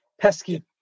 pesky